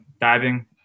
diving